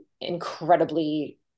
incredibly